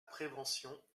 prévention